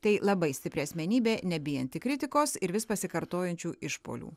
tai labai stipri asmenybė nebijanti kritikos ir vis pasikartojančių išpuolių